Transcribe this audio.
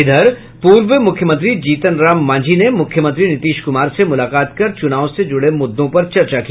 इधर पूर्व मुख्यमंत्री जीतन राम मांझी ने मुख्यमंत्री नीतीश कुमार से मुलाकात कर चुनाव से जुड़े मुद्दों पर चर्चा की